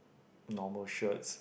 normal shirts